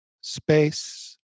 space